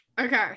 Okay